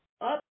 up